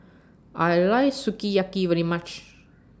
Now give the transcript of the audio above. I like Sukiyaki very much